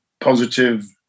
positive